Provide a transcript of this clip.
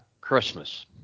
Christmas